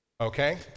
Okay